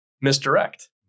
misdirect